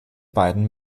beiden